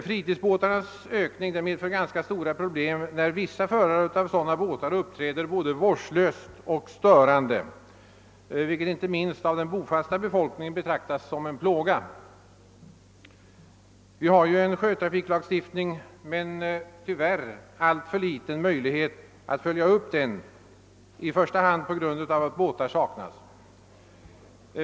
Fritidsbåtarnas ökning medför ganska stora problem, enär vissa förare av sådana båtar uppträder båda vårdslöst och störande, vilket inte minst av den bofasta befolkningen betraktas som en plåga. Vi har ju en sjötrafiklagstiftning men tyvärr alltför liten möjlighet att följa upp den, i första hand på grund av att båtar saknas.